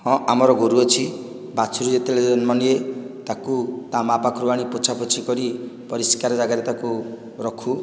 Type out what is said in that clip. ହଁ ଆମର ଗୋରୁ ଅଛି ବାଛୁରୀ ଯେତେବେଳେ ଜନ୍ମ ନିଏ ତାକୁ ତା ମାଁ ପାଖରୁ ଆଣି ପୋଛା ପୋଛି କରି ପରିଷ୍କାର ଜାଗାରେ ତାକୁ ରଖୁ